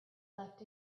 left